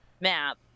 map